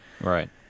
right